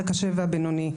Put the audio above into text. הקשה והבינוני.